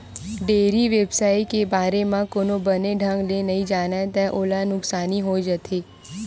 dairy बेवसाय के बारे म कोनो बने ढंग ले नइ जानय त ओला नुकसानी होइ जाथे